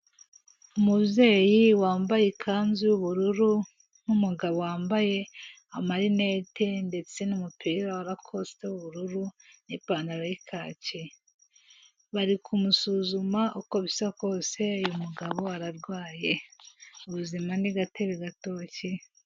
Umubyeyi wambaye ikanzu y'ubururu n'umugabo wambaye amarinete ndetse n'umupira wa rakosite w'ubururu n'ipantaro y'ikake, bari kumusuzuma uko bisa kose uyu mugabo ararwaye, ubuzima ni gatebe gatoki.